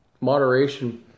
moderation